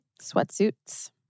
Sweatsuits